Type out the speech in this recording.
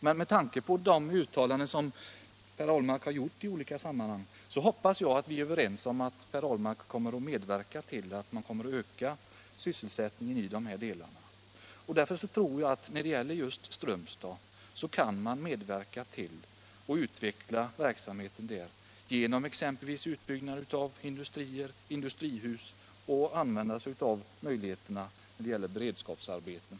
Men med tanke på de uttalanden som Per Ahlmark gjort i olika sammanhang hoppas jag att han vill medverka till en ökning av sysselsättningen i dessa trakter, och när det gäller just Strömstad tror jag att man kan utveckla verksamheten genom exempelvis en utbyggnad av industrier, industrihus och genom beredskapsarbeten.